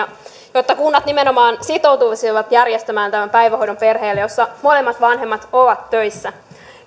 jotta kunnat nimenomaan sitoutuisivat järjestämään tämän päivähoidon perheelle jossa molemmat vanhemmat ovat töissä